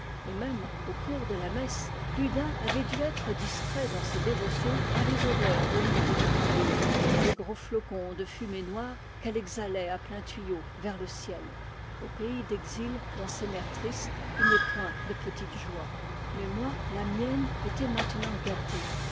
et même au cours de la messe plus d'un avait dû être distrait dans ses dévotions par les odeurs venues de la cambuse par les gros flocons de fumée noire qu'elle exhalait à plein tuyau vers le ciel au pays d'exil dans ces mers tristes il n'est point de petites joies mais moi la mienne était maintenant gâtée